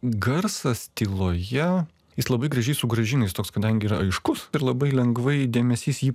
garsas tyloje jis labai gražiai sugrąžina jis toks kadangi yra aiškus ir labai lengvai dėmesys jį